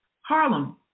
Harlem